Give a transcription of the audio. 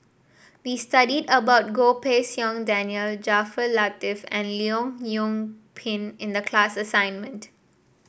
we studied about Goh Pei Siong Daniel Jaafar Latiff and Leong Yoon Pin in the class assignment